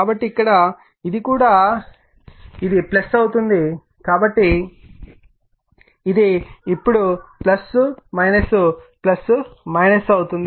కాబట్టి ఇక్కడ కూడా ఇది అవుతుంది కాబట్టి ఇది ఇప్పుడు అవుతుంది